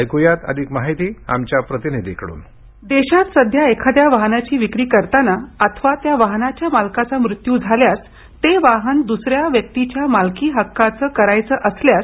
ऐक्यात अधिक माहिती आमच्या प्रतिनिधीकडून देशात सध्या एखाद्या वाहनाची विक्री करताना अथवा त्या वाहनाच्या मालकाचा मृत्यू झाल्यास ते वाहन दुसऱ्या व्यक्तीच्या मालकी हक्काचं करायच असल्यास